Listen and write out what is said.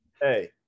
Hey